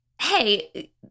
hey